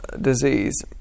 disease